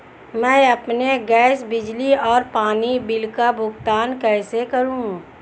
मैं अपने गैस, बिजली और पानी बिल का भुगतान कैसे करूँ?